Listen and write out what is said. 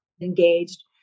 engaged